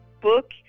book